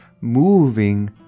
moving